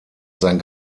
sein